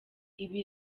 ibi